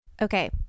Okay